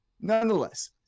Nonetheless